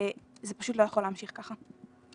וזה פשוט לא יכול להמשיך ככה.